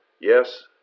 Yes